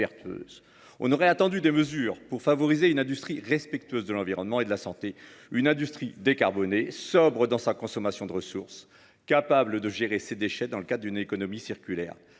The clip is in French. Nous attendions des mesures visant à favoriser une industrie respectueuse de l’environnement et de la santé, une industrie décarbonée, sobre dans sa consommation des ressources, capable de gérer ses déchets dans le cadre d’une économie circulaire